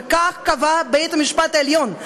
וכך קבע בית-המשפט העליון.